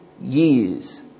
years